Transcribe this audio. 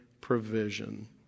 provision